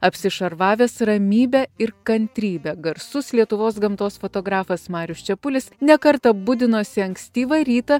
apsišarvavęs ramybe ir kantrybe garsus lietuvos gamtos fotografas marius čepulis ne kartą budinosi ankstyvą rytą